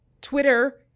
Twitter